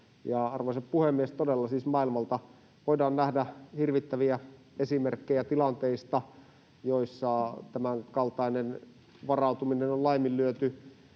Arvoisa puhemies! Todella siis maailmalla voidaan nähdä hirvittäviä esimerkkejä tilanteista, joissa tämänkaltainen varautuminen on laiminlyöty.